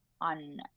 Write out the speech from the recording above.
on